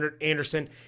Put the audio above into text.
Anderson